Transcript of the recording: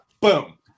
Boom